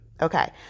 Okay